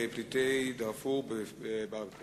1058, בנושא: פליטי דארפור בפריפריה.